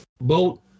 Boat